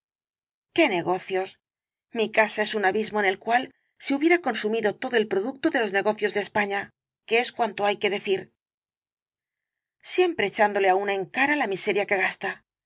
qué negocios mi casa es un abismo en el cual se hubiera consumido todo el producto de los negocios de españa que es cuanto hay que decir siempre echándole á una en cara la miseria que gasta